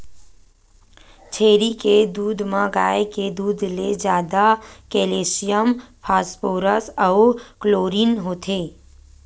छेरी के दूद म गाय के दूद ले जादा केल्सियम, फास्फोरस अउ क्लोरीन होथे